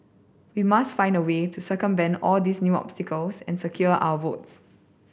we must find a way to circumvent all these new obstacles and secure our votes